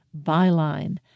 Byline